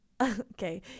Okay